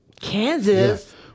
Kansas